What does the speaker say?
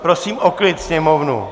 Prosím o klid sněmovnu.